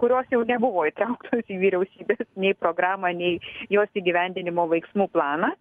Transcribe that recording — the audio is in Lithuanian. kurios jau nebuvo įtrauktos į vyriausybės nei programą nei jos įgyvendinimo veiksmų planą